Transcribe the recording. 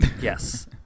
Yes